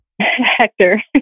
Hector